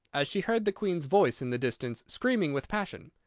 as she heard the queen's voice in the distance, screaming with passion.